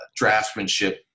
draftsmanship